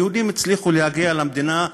היהודים הצליחו להגיע למדינה,